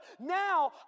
now